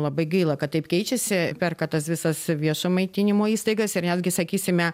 labai gaila kad taip keičiasi perka tas visas viešo maitinimo įstaigas ir netgi sakysime